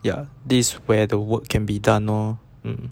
ya this where the work can be done lor hmm